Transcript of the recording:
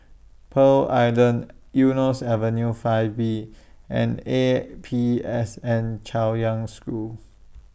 Pearl Island Eunos Avenue five B and A P S N Chaoyang School